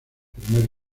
primer